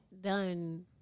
done